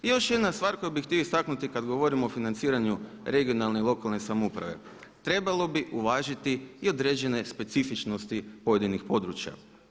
I još jedna stvar koju bih htio istaknuti kada govorimo o financiranju regionalne i lokalne samouprave, trebalo bi uvažiti i određene specifičnosti pojedinih područja.